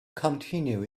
continue